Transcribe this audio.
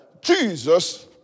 Jesus